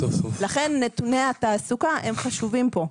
לכן נתוני התעסוקה הם חשובים פה.